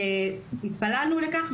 התפללנו לכך,